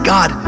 God